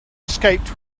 escaped